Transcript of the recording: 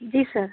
जी sir